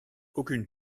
aucune